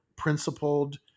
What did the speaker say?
principled